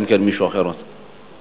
אלא אם כן מישהו רוצה אחרת.